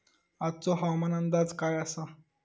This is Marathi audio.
आजचो हवामान अंदाज काय आसा?